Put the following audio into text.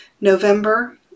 November